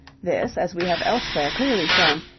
this, as we have elsewhere clearly shown,